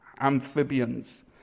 amphibians